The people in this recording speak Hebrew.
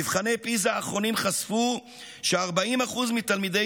מבחני פיז"ה האחרונים חשפו ש-40% מתלמידי